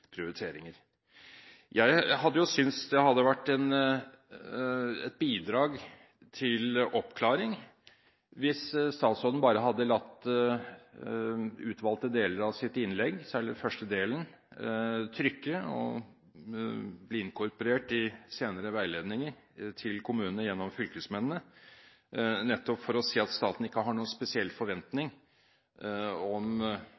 prioriteringer. Jeg ville synes det var et bidrag til oppklaring hvis statsråden hadde latt utvalgte deler av sitt innlegg – særlig den første delen – trykke og bli inkorporert i senere veiledninger til kommunene gjennom fylkesmennene, nettopp for å si at staten ikke har noen spesiell forventning om